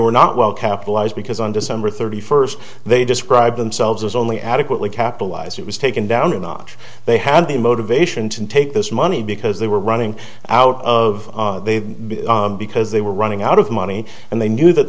were not well capitalized because on december third first they describe themselves as only adequately capitalized it was taken down a notch they had the motivation to take this money because they were running out of there because they were running out of money and they knew that